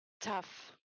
tough